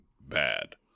bad